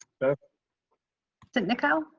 beth sitnikau?